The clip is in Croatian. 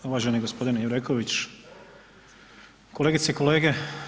Uvaženi gospodine Jureković, kolegice i kolege.